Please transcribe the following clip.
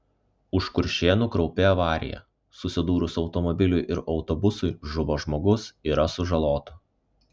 už kuršėnų kraupi avarija susidūrus automobiliui ir autobusui žuvo žmogus yra sužalotų